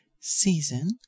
season